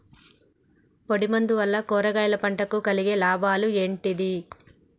పొడిమందు వలన కూరగాయల పంటకు కలిగే లాభాలు ఏంటిది?